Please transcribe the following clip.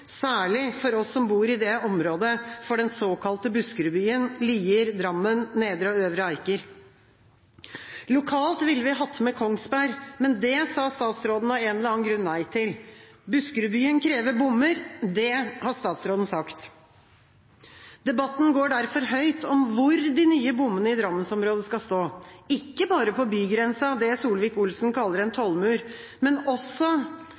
særlig for oss som bor i området for den såkalte Buskerudbyen – Lier, Drammen, Nedre og Øvre Eiker. Lokalt ville vi hatt med Kongsberg, men det sa statsråden av en eller annen grunn nei til. Buskerudbyen krever bommer, det har statsråden sagt. Debatten går derfor høyt om hvor de nye bommene i Drammens-området skal stå, ikke bare på bygrensa, det Solvik-Olsen kaller en tollmur, men også